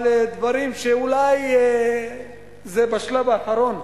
על דברים שאולי הם בשלב האחרון.